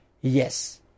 Yes